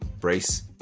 brace